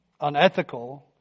unethical